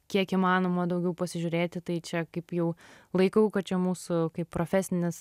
kiek įmanoma daugiau pasižiūrėti tai čia kaip jau laikau kad čia mūsų kaip profesinis